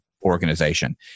organization